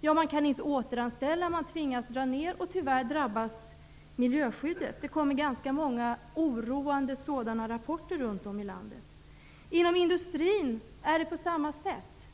Jo, man kan inte återanställa, och man tvingas att dra ner verksamheten. Tyvärr drabbas miljöskyddet. Det kommer ganska många oroande rapporter om sådant runt om i landet. Inom industrin är det på samma sätt.